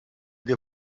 dir